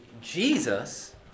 Jesus